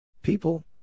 People